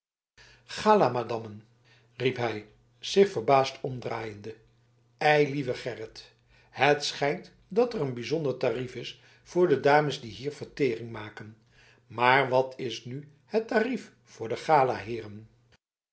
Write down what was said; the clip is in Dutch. gala madammen riep hij zich verbaasd omdraaiende eilieve gerrit het schijnt dat er een bijzonder tarief is voor de dames die hier vertering maken maar waar is nu het tarief voor de